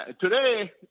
today